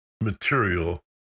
material